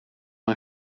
hun